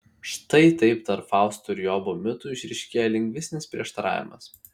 štai taip tarp fausto ir jobo mitų išryškėja lingvistinis prieštaravimas